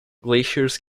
glaciers